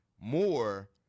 more